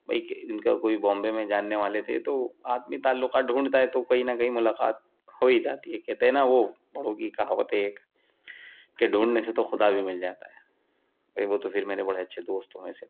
وہی کہ ان کا کوئی بامبے میں جاننے والے تھے تو آدمی تعلقات ڈھونڈتا ہے تو کہیں نہ کہیں ملاقات ہو ہی جاتی ہے کہتے ہیں نا وہ بڑوں کی کہاوت ہے ایک کہ ڈھونڈنے سے تو خدا بھی مل جاتا ہے بھائی وہ تو پھر میرے بڑے اچھے دوستوں میں سے